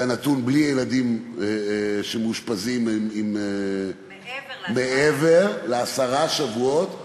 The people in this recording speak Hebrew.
זה הנתון בלי ילדים שמאושפזים, מעבר לעשרה שבועות.